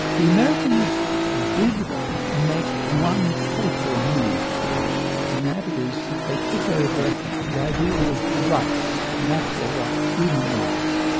the americans did make one fatal move i think, and that is that they took over the idea of rights, natural rights, human rights,